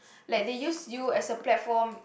like they use you as a platform